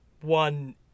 one